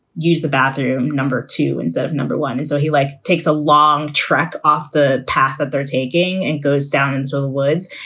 use the bathroom. number two and sort of number one. and so he, like, takes a long track off the path that they're taking and goes down into and so the woods.